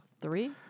Three